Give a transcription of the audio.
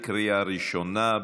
בקריאה ראשונה.